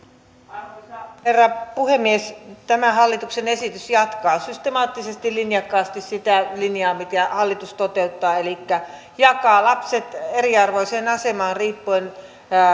arvoisa herra puhemies tämä hallituksen esitys jatkaa systemaattisesti linjakkaasti sitä linjaa mitä hallitus toteuttaa elikkä jakaa lapset eriarvoiseen asemaan riippuen siitä